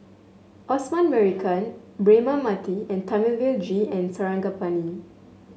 Osman Merican Braema Mathi and Thamizhavel G Sarangapani